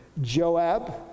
Joab